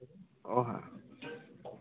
ও হ্যাঁ